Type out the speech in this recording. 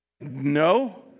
no